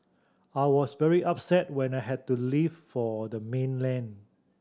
I was very upset when I had to leave for the mainland